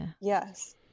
Yes